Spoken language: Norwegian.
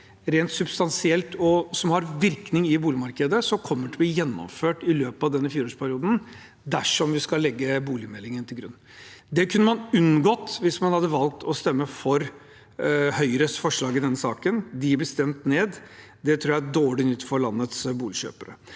rent sub stansielt som har virkning i boligmarkedet som kommer til å bli gjennomført i løpet av denne fireårsperioden, dersom vi skal legge boligmeldingen til grunn. Det kunne man unngått hvis man hadde valgt å stemme for Høyres forslag i denne saken. De blir stemt ned. Det tror jeg er dårlig nytt for landets boligkjøpere.